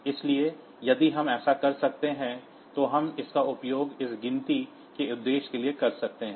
इसलिए यदि हम ऐसा कर सकते हैं तो हम इसका उपयोग इस गिनती के उद्देश्य के लिए कर सकते हैं